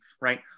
right